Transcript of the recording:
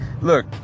look